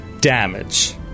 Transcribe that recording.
damage